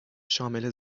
شامل